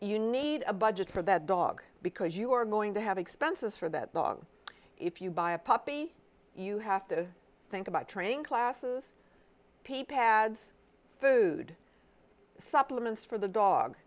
you need a budget for that dog because you are going to have expenses for that dog if you buy a puppy you have to think about training classes people had food supplements for the dog